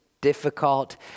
difficult